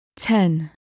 Ten